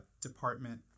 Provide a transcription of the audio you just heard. department